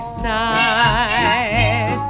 side